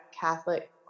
Catholic